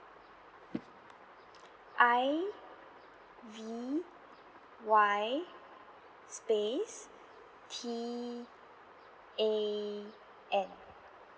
I V Y space T A N